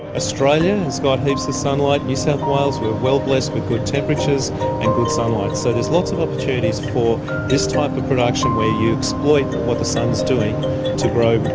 australia has got heaps of sunlight, new south wales we are well blessed with good temperatures and good sunlight, so there's lots of opportunities for this type of production where you exploit what the sun is doing to grow